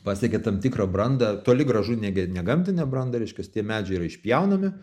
pasiekė tam tikrą brandą toli gražu ne ge negamtinę brandą reiškias tie medžiai yra išpjaunami